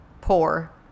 poor